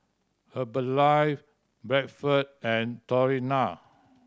Herbalife Bradford and